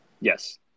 Yes